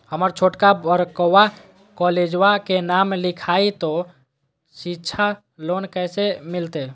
हमर छोटका लड़कवा कोलेजवा मे नाम लिखाई, तो सिच्छा लोन कैसे मिलते?